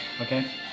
Okay